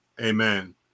amen